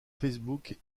facebook